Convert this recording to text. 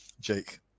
Jake